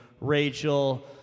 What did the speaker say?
Rachel